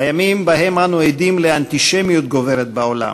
בימים שבהם אנו עדים לאנטישמיות גוברת בעולם,